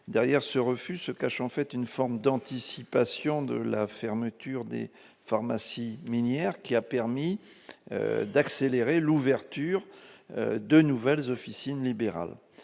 Derrière ce refus se cache, en fait, une forme d'anticipation de la fermeture des pharmacies minières, qui a permis d'accélérer l'ouverture de nouvelles officines libérales.